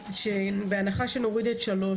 בהנחה שנוריד את (3),